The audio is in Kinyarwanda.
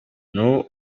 nous